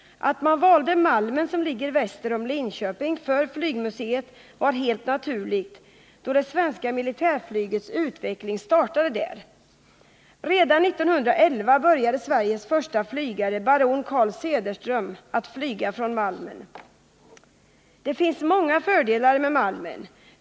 Att man valde Malmen, som ligger väster om Linköping, för flygvapenmuseet var helt naturligt, då det svenska militärflygets utveckling startade där. Redan 1911 började Sveriges förste flygare, baron Carl Cederström, att flyga från Malmen. Det finns många fördelar med Malmen.